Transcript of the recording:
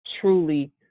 truly